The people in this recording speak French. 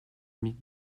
mille